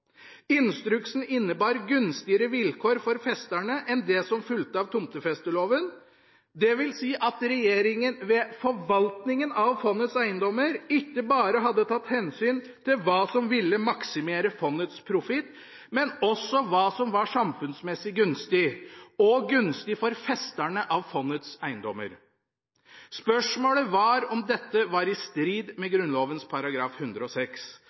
Instruksen innebar gunstigere vilkår for festerne enn det som fulgte av tomtefesteloven. Det vil si at regjeringen ved forvaltningen av fondets eiendommer ikke bare hadde tatt hensyn til hva som ville maksimere fondets profitt, men også hva som var samfunnsmessig gunstig, og hva som var gunstig for festerne av fondets eiendommer. Spørsmålet var om dette var i strid med Grunnloven § 106.